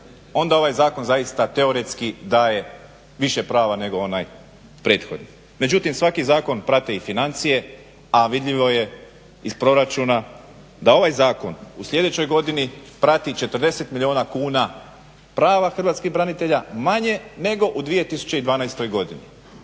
onda ovaj zakon zaista teoretski daje više prava nego onaj prethodni. Međutim svaki zakon prate i financije, a vidljivo je iz proračuna da ovaj zakon u sljedećoj godini prati 40 milijuna kuna prava hrvatskih branitelja manje nego u 2012. godini,